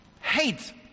Hate